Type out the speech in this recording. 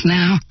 now